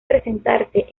presentarse